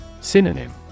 Synonym